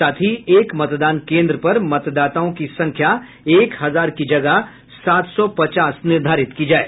साथ ही एक मतदान केन्द्र पर मतदाताओं की संख्या एक हजार की जगह सात सौ पचास निर्धारित की जाये